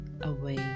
away